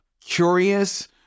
curious